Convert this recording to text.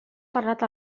parlat